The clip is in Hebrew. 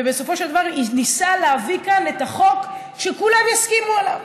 ובסופו של דבר ניסה להביא לכאן את החוק שכולם יסכימו לו.